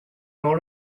dans